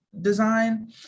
design